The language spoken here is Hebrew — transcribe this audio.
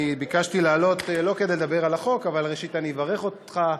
אבל ראשית אני אברך אותך,